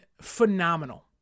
phenomenal